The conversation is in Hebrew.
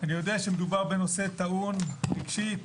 אני יודע שמדובר בנושא טעון רגשית,